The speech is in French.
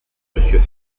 monsieur